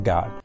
God